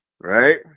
right